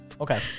Okay